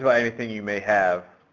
but anything you may have.